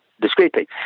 discreetly